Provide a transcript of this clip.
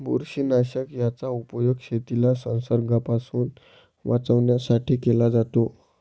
बुरशीनाशक याचा उपयोग शेतीला संसर्गापासून वाचवण्यासाठी केला जातो